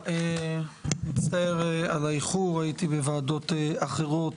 מצטער על האיחור, הייתי בוועדות אחרות.